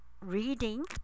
reading